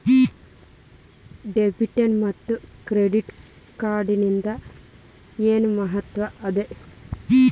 Debit ಮತ್ತ credit ಕಾರ್ಡದ್ ಏನ್ ಮಹತ್ವ ಅದ?